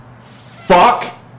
Fuck